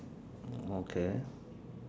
okay